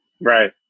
Right